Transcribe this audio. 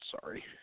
Sorry